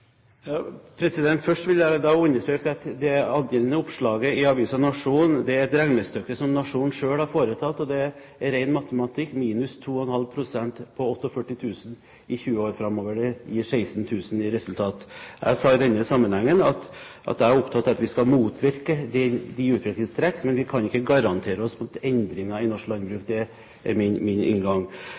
Først vil jeg understreke at regnestykket i det angjeldende oppslaget i avisen Nationen er noe som Nationen selv har foretatt. Det er ren matematikk. Minus 2,5 pst. på 48 000 i 20 år framover gir 16 000 i resultat. Jeg sa i denne sammenhengen at jeg er opptatt av at vi skal motvirke disse utviklingstrekkene, men vi kan ikke garantere oss mot endringer i norsk landbruk. Det er min inngang.